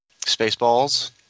Spaceballs